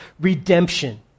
redemption